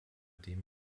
dem